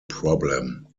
problem